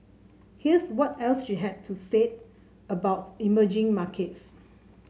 here's what else she had to say about emerging markets